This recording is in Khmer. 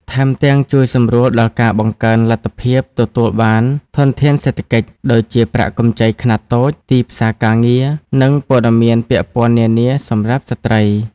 ថែមទាំង ជួយសម្រួលដល់ការបង្កើនលទ្ធភាពទទួលបានធនធានសេដ្ឋកិច្ច ដូចជាប្រាក់កម្ចីខ្នាតតូច ទីផ្សារការងារ និងព័ត៌មានពាក់ព័ន្ធនានាសម្រាប់ស្ត្រី។